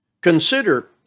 Consider